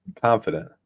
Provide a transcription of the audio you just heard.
confident